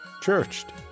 churched